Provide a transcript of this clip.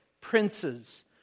princes